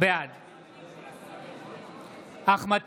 בעד אחמד